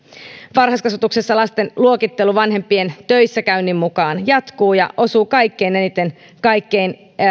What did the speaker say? varhaiskasvatuksessa lasten luokittelu vanhempien töissäkäynnin mukaan jatkuu ja osuu kaikkein eniten kaikkein